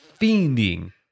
fiending